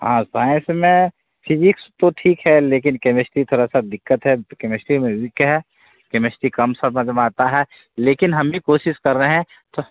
हाँ साइंस में फिजिक्स तो ठीक है लेकिन कैमिस्ट्री थोड़ा सा दिक्कत है कैमिस्ट्री में वीक है कैमिस्ट्री कम समझ में आता है लेकिन हम भी कोशिश कर रहे हैं तो